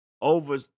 over